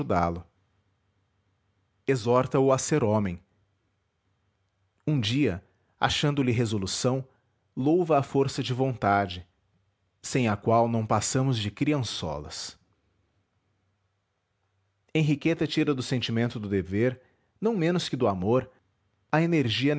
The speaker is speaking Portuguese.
ajudá-lo exorta o a ser homem um dia achando lhe resolução louva a força de vontade sem a qual não passamos de criançolas henriqueta tira do sentimento do dever não menos que do amor a energia